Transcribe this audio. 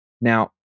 Now